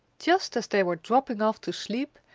just as they were dropping off to sleep,